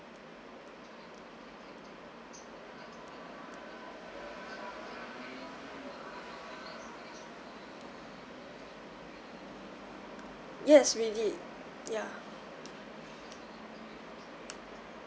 yes we did ya